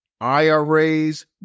IRAs